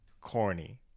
corny